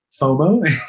FOMO